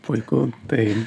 puiku tai